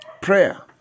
Prayer